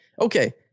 Okay